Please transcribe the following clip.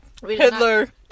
hitler